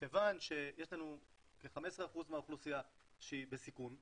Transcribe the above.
כיוון שיש לנו כ-15% מהאוכלוסייה שהיא בסיכון גבוה,